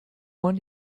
won